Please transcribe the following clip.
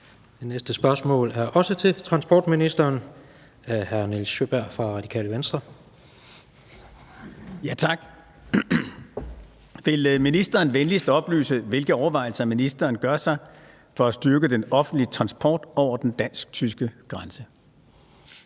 Spm. nr. S 784 11) Til transportministeren af: Nils Sjøberg (RV): Vil ministeren venligst oplyse, hvilke overvejelser ministeren gør sig for at styrke den offentlige transport over den dansk-tyske grænse?